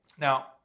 Now